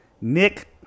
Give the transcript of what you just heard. Nick